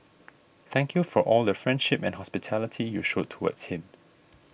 thank you for all the friendship and hospitality you showed towards him